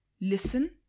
listen